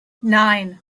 nine